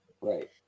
Right